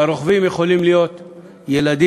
והרוכבים יכולים להיות ילדים,